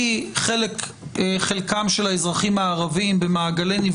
זאת הייתה ההכרעה שלכם בממשלה?